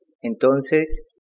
Entonces